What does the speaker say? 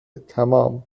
تمام